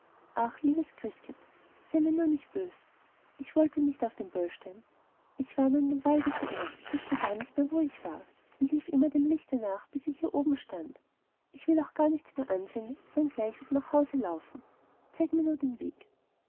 ach liebes christkind sei mir nur nicht böse ich wollte nicht auf den böllstein ich war nur in dem walde verirrt wußte gar nicht mehr wo ich war und lief immer dem lichte nach bis ich hier oben stand ich will auch gar nichts mehr hier ansehen sondern gleich wieder nach hause laufen zeige mir nur den weg